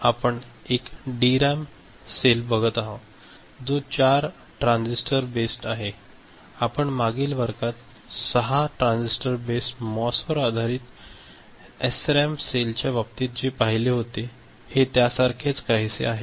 आता आपण एक डीरॅम मेमरी सेल बघत आहे जो 4 ट्रान्झिस्टर बेस्ड आहे आपण मागील वर्गात 6 ट्रान्झिस्टर बेस मॉस वर आधारित एसरॅम सेलच्या बाबतीत जे पाहिले होते हे त्यासारखेच काहीसे आहे